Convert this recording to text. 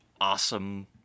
awesome